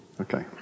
Okay